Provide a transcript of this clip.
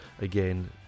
again